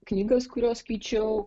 knygos kurios skaičiau